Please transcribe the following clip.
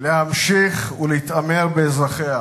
להמשיך ולהתעמר באזרחיה,